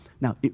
Now